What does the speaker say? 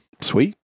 Sweet